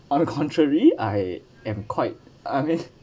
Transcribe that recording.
on the contrary I am quite I mean